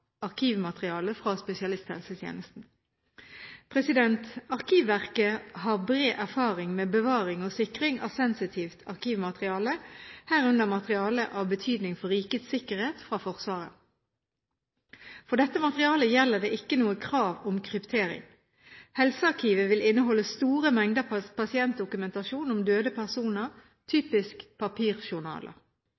arkivmateriale fra spesialisthelsetjenesten. Arkivverket har bred erfaring med bevaring og sikring av sensitivt arkivmateriale, herunder materiale av betydning for rikets sikkerhet fra Forsvaret. For dette materialet gjelder det ikke noe krav om kryptering. Helsearkivet vil inneholde store mengder pasientdokumentasjon om døde personer,